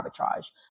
arbitrage